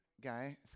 guy